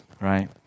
right